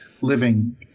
living